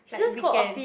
like weekends